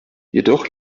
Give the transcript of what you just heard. jedoch